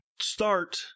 start